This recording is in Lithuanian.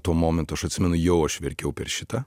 tuo momentu aš atsimenu jau aš verkiau per šitą